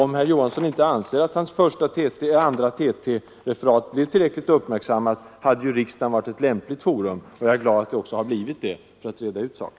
Om herr Johansson inte ansåg att hans andra TT-meddelande blev tillräckligt uppmärksammat, hade ju riksdagen varit lämpligt forum — och jag är glad att den nu också har blivit det — för att reda ut saken.